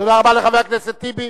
תודה רבה לחבר הכנסת טיבי.